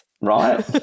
right